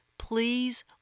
Please